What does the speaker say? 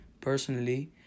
personally